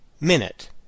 minute